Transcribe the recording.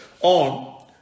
on